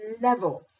level